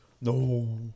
No